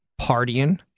partying